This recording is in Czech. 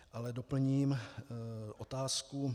Ale doplním otázku.